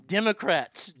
Democrats